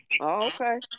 Okay